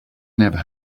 never